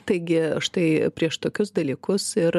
taigi štai prieš tokius dalykus ir